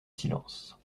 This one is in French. silence